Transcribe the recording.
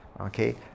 okay